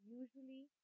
usually